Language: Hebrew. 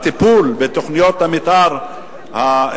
כל הנושא של הטיפול בתוכניות המיתאר הכלליות